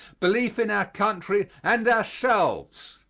belief in our country and ourselves.